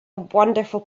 wonderful